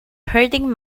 hurting